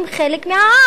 חלק מהעם?